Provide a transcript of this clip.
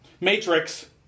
Matrix